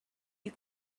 you